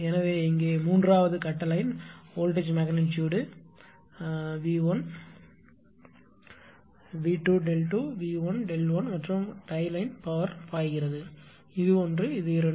எனவே இங்கே 3 வது கட்ட லைன் வோல்ட்டேஜ் மெக்னிட்யூடு〖V〗1 V 2∠δ 2 V 1∠δ 1 மற்றும் டை லைன் பவர் பாய்கிறது இது ஒன்று இது இரண்டு